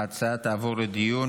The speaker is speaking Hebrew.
ההצעה תעבור לדיון